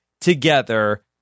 Together